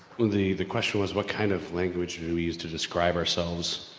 the, the question was what kind of language we use to describe ourselves